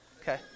Okay